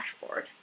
dashboard